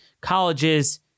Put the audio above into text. colleges